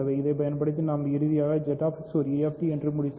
இதைப் பயன்படுத்தி நாம் இறுதியாக அந்த ZX ஒரு UFD என்று முடித்தோம்